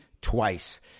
twice